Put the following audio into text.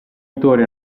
autori